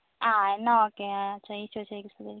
ആ എന്നാൽ ഓക്കെ ആ ഈശോ മിശിഹായ്ക്ക് സ്തുതിയായിരിക്കട്ടെ